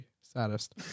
saddest